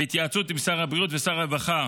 בהתייעצות עם שר הבריאות ושר הרווחה